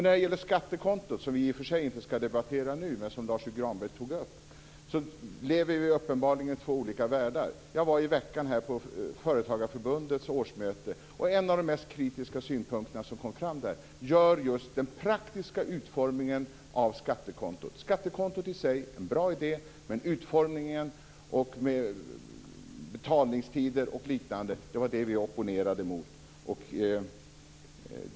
När det gäller skattekontot, som vi i och för sig inte skall debattera nu men som Lars U Granberg tog upp, lever vi uppenbarligen i två olika världar. Jag var i veckan på Företagarförbundets årsmöte. En av de mest kritiska synpunkter som kom fram där rör just den praktiska utformningen av skattekontot. Skattekontot i sig är en bra idé. Det var utformningen, med betalningstider och liknande, som vi opponerade mot.